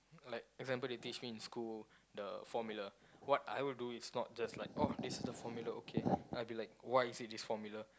like example they teach me in school the formula what I would do is not just like oh this is the formula okay I will be like why is it this formula